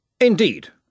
Indeed